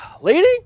lady